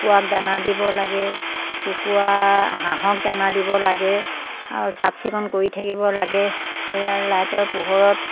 কুকুৰাক দানা দিব লাগে কুকুৰা হাঁহক দানা দিব লাগে আৰু চাফ চিকুণ কৰি থাকিব লাগে সেয়া লাইটৰ পোহৰত